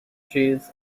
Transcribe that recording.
cheese